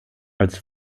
als